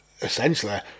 essentially